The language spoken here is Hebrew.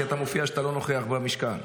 כי מופיע שאתה לא נוכח במשכן.